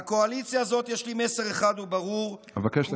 לקואליציה הזאת יש לי מסר אחד וברור, אבקש לסיים.